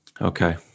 Okay